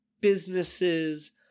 businesses